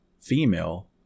Female